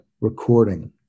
recording